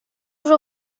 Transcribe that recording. уже